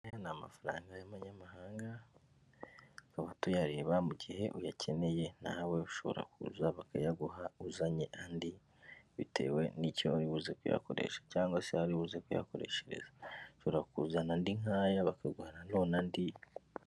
Aya ni amafaranga y'abanyamahanga, tukaba tuyareba mu gihe uyakeneye nawe ushobora kuza bakayaguha uzanye andi, bitewe n'icyo bari buze kuyakoresha, cyangwa se bari buze kuyakoreshereza, ushobora kuzana andi nk'aya bakaguha nanone andi.